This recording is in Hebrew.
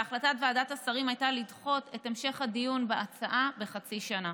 והחלטת ועדת השרים הייתה לדחות את המשך הדיון בהצעה בחצי שנה.